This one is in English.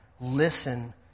listen